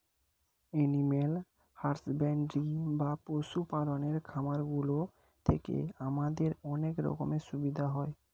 animal husbandry বা পশু পালনের খামারগুলি থেকে আমাদের অনেক রকমের সুবিধা হয়